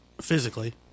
physically